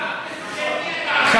השר אקוניס,